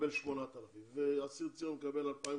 מקבל 8,000 ואסיר ציון מקבל 2,500,